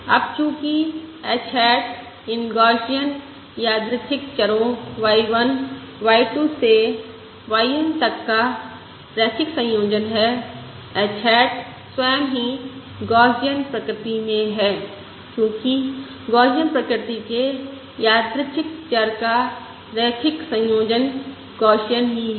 अब चूँकि h hat इन गौसियन यादृच्छिक चरो y1 y 2 से yn तक का रैखिक संयोजन है h हैट स्वयं ही गौसियन प्रकृति में है क्योंकि गौसियन के यादृच्छिक चर का रैखिक संयोजन गौसियन ही है